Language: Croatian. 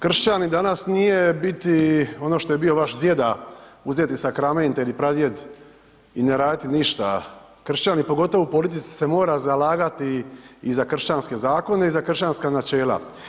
Kršćanin danas nije biti ono što je bio vaš djeda, uzeti sakramente ili pradjed i ne raditi ništa, kršćanin pogotovo u politici se mora zalagati i za kršćanske zakone i za kršćanska načela.